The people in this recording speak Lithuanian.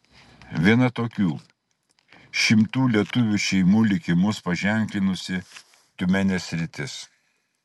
viena tokių šimtų lietuvių šeimų likimus paženklinusi tiumenės sritis